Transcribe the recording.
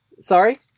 Sorry